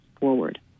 forward